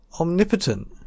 omnipotent